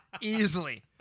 easily